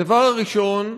הדבר הראשון,